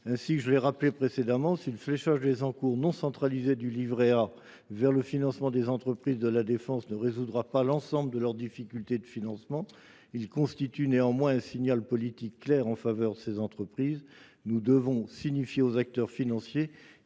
Ainsi que je l’ai rappelé précédemment, si le fléchage de ces encours vers le financement des entreprises de la défense ne résoudra pas l’ensemble de leurs difficultés de financement, il constitue néanmoins un signal politique clair en faveur de ces entreprises. Nous devons signifier aux acteurs financiers